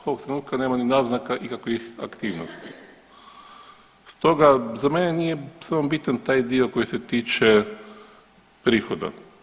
Ovog trenutka nema ni naznaka ikakvih aktivnosti, stoga za mene nije samo bitan taj dio koji se tiče prihoda.